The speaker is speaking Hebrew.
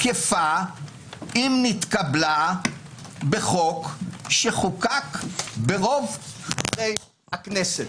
תקפה אם נתקבלה בחוק שחוקק ברוב חברי הכנסת.